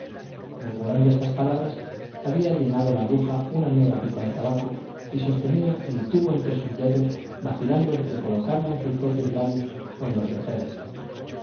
murmurando estas palabras había llenado la bruja una nueva pipa de tabaco y sostenía el tubo entre sus dedos vacilando entre colocarla en sus propios labios o en los de